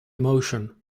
emotion